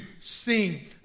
sing